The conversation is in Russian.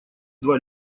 два